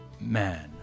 Man